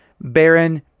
Baron